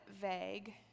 vague